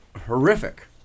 horrific